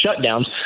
shutdowns